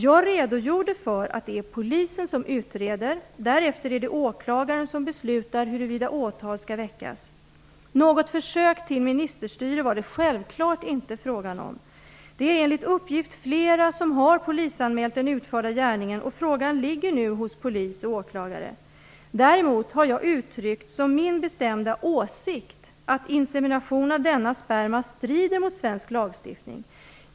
Jag redogjorde för att det är Polisen som utreder, och därefter är det åklagaren som beslutar huruvida åtal skall väckas. Något försök till ministerstyre var det självfallet inte fråga om. Det är enligt uppgift flera personer som har polisanmält den utförda gärningen, och frågan ligger nu hos polis och åklagare. Däremot har jag uttryckt som min bestämda åsikt att insemination av denna sperma strider mot svensk lagstiftning.